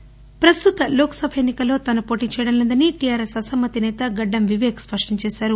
MSL Vivek ప్రస్తుత లోక్సభ ఎన్నికల్లో తాను పోటీ చేయటం లేదని టీఆర్ఎస్ అసమ్మతి నేత గడ్డం వివేక్ స్పష్టం చేసారు